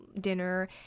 dinner